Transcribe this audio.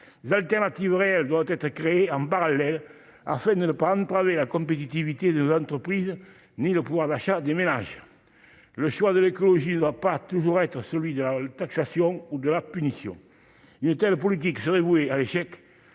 D'autres solutions doivent être créées en parallèle, afin de n'entraver ni la compétitivité de nos entreprises ni le pouvoir d'achat des ménages. Le choix de l'écologie ne doit pas toujours être celui de la taxation ou de la punition ; une telle politique serait vouée à l'échec.